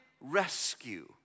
rescue